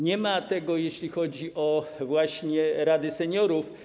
Nie ma tego, jeśli chodzi właśnie o rady seniorów.